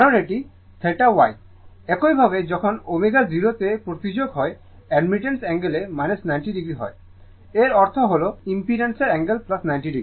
কারণ এটি θ Y একইভাবে যখন ω 0 তে প্রতিঝোকঁ হয় অ্যাডমিটেন্সর অ্যাঙ্গেলে 90o হয় এর অর্থ হল ইমপিড্যান্সর অ্যাঙ্গেল 90 o